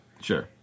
Sure